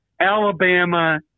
Alabama